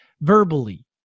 verbally